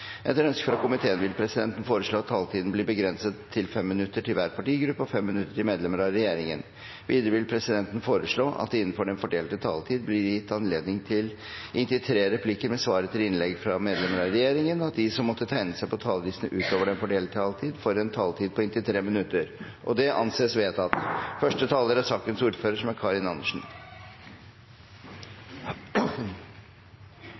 Etter ønske fra helse- og omsorgskomiteen vil presidenten foreslå at taletiden blir begrenset til 5 minutter til hver partigruppe og 5 minutter til medlemmer av regjeringen. Videre vil presidenten foreslå at det – innenfor den fordelte taletid – blir gitt anledning til inntil fem replikker med svar etter innlegg av medlemmer av regjeringen, og at de som måtte tegne seg på talerlisten utover den fordelte taletid, får en taletid på inntil 3 minutter. – Det anses vedtatt. Første taler er